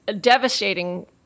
devastating